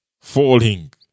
falling